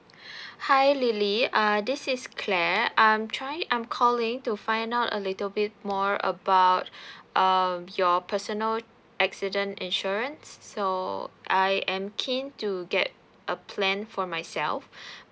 hi lily uh this is clare I'm try I'm calling to find out a little bit more about um your personal accident insurance so I am keen to get a plan for myself